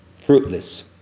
Fruitless